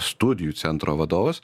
studijų centro vadovas